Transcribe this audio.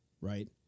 right